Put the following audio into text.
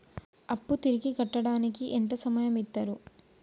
అప్పు తిరిగి కట్టడానికి ఎంత సమయం ఇత్తరు?